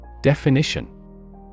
Definition